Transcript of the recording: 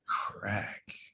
Crack